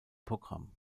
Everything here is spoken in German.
programm